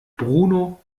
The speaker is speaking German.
bruno